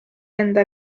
enda